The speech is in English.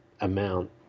amount